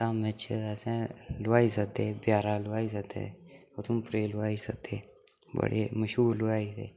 धामै च असें हलवाई सद्दे बजारै दा हलवाई सद्दे उधमपुरै दे हलवाई सद्दे बड़े मश्हूर हलवाई हे